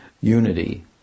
unity